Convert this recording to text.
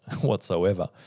whatsoever